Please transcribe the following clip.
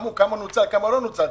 כמה נוצל, כמה לא נוצל.